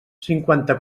cinquanta